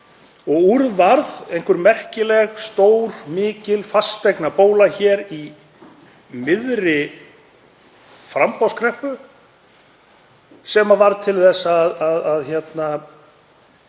Og úr varð einhver merkileg stór og mikil fasteignabóla hér í miðri framboðskreppu sem varð til þess að